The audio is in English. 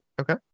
Okay